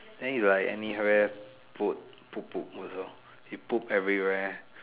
then it like anywhere poop poop also it poop everywhere